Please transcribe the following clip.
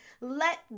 Let